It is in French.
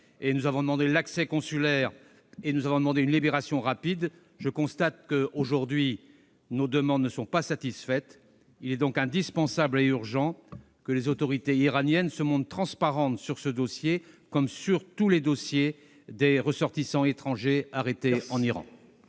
nécessaires, l'accès consulaire et une libération rapide. Je constate que, aujourd'hui, nos demandes ne sont pas satisfaites. Il est donc indispensable et urgent que les autorités iraniennes se montrent transparentes sur ce dossier, comme sur tous les dossiers des ressortissants étrangers arrêtés en Iran.